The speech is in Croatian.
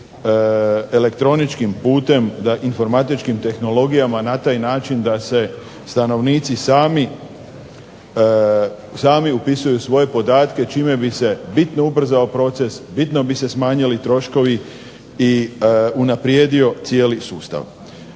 elektroničkim putem, da informatičkim tehnologijama na taj način da se stanovnici sami upisuju svoje podatke čime bi se bitno ubrzao proces, bitno bi se smanjili troškovi i unaprijedio cijeli sustav.